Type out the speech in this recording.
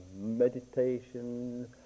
meditation